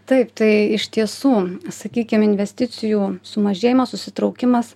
taip tai iš tiesų sakykim investicijų sumažėjimas susitraukimas